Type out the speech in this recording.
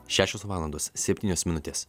šešios valandos septynios minutės